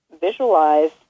visualize